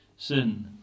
sin